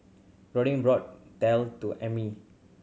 Rodrigo brought daal for Emmie